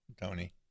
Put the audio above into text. Tony